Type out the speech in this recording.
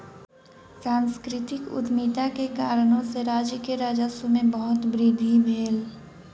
सांस्कृतिक उद्यमिता के कारणेँ सॅ राज्य के राजस्व में बहुत वृद्धि भेल